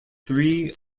three